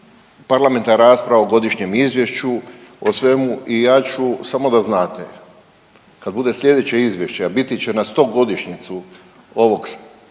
parlamentarna rasprava o godišnjem izvješću, o svemu i ja ću samo da znate kad bude slijedeće izvješće, a biti će na stogodišnjicu ovog